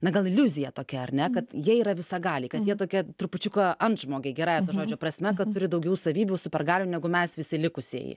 na gal iliuzija tokia ar ne kad jie yra visagaliai kad jie tokie trupučiuką antžmogiai gerąja to žodžio prasme kad turi daugiau savybių supergalių negu mes visi likusieji